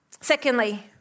Secondly